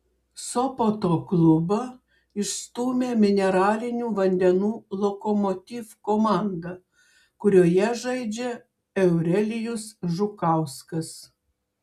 sopoto klubą išstūmė mineralinių vandenų lokomotiv komanda kurioje žaidžia eurelijus žukauskas